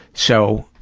so,